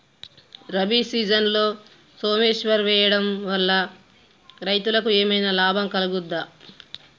రబీ సీజన్లో సోమేశ్వర్ వేయడం వల్ల రైతులకు ఏమైనా లాభం కలుగుద్ద?